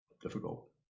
difficult